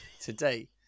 today